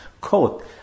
quote